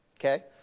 Okay